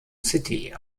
city